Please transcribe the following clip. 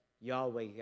Yahweh